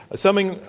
summing,